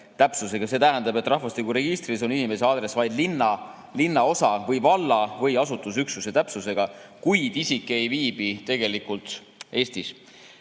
See tähendab, et rahvastikuregistris on inimese aadress vaid linna ja linnaosa või valla või asustusüksuse täpsusega, kuid isik ei viibi tegelikult Eestis.